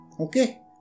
Okay